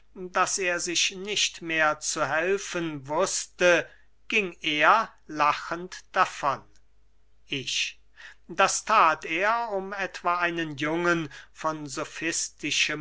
daß er sich nicht mehr zu helfen wußte ging er lachend davon ich das that er um etwa einen jungen von